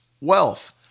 wealth